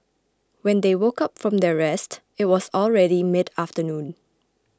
when they woke up from their rest it was already midafternoon